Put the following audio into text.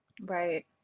Right